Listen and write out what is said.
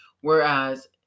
Whereas